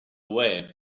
web